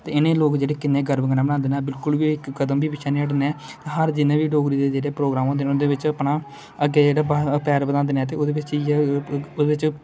इनें गी लोक जेहडे़ किन्ने गर्व कन्नै मनांदे न बिल्कुल बी इक कदम बी पिच्छे नेईं हटने हर जिन्ने बी डोगरी दे जेहडे़ प्रोगराम होंदे ना उंदे बिच अपना अग्गे जेहड़ा पेड बनादे न